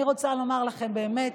אני רוצה לומר לכם, באמת